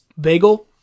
bagel